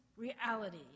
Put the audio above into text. reality